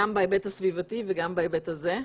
גם בהיבט הסביבתי וגם בהיבט הזה,